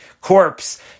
corpse